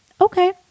okay